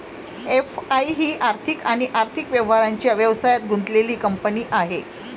FI ही आर्थिक आणि आर्थिक व्यवहारांच्या व्यवसायात गुंतलेली कंपनी आहे